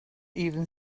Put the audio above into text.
even